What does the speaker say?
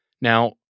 Now